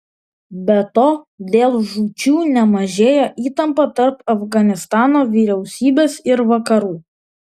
be to dėl žūčių nemažėja įtampa tarp afganistano vyriausybės ir vakarų